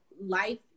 life